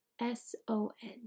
S-O-N